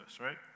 right